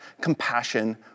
compassion